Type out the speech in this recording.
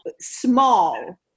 small